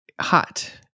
hot